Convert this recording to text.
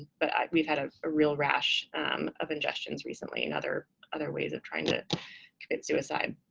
but we've had a ah real rash of ingestions recently and other other ways of trying to commit suicide.